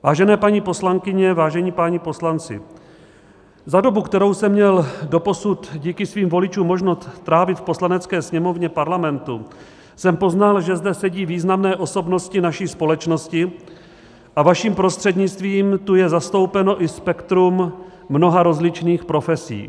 Vážené paní poslankyně, vážení páni poslanci, za dobu, kterou jsem měl doposud díky svým voličům možnost strávit v Poslanecké sněmovně Parlamentu, jsem poznal, že zde sedí významné osobnosti naší společnosti, a vaším prostřednictvím tu je zastoupeno i spektrum mnoha rozličných profesí.